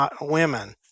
women